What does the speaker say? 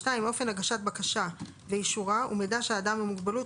(2)אופן הגשת הבקשה ואישורה ומידע שאדם עם מוגבלות,